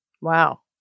Wow